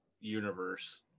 universe